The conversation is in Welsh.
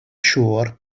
siŵr